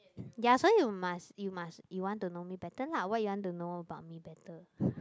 ya so you must you must you want to know me better lah what you want to know about me better